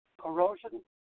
corrosion